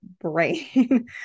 brain